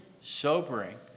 sobering